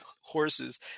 horses